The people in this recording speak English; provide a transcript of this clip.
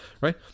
right